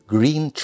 Green